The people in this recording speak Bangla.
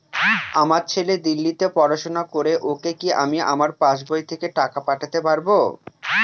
আমার ছেলে দিল্লীতে পড়াশোনা করে ওকে কি আমি আমার পাসবই থেকে টাকা পাঠাতে পারব?